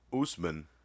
Usman